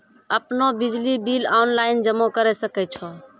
आपनौ बिजली bill online जमा करै सकै छौ?